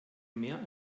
mehr